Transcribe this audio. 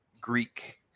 Greek